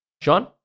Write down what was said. Sean